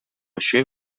الشيء